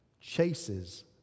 chases